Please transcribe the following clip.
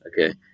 Okay